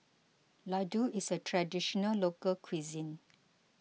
Ladoo is a Traditional Local Cuisine